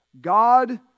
God